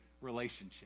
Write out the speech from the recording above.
relationship